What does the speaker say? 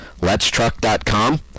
letstruck.com